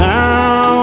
now